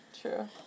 true